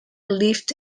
lived